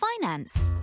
finance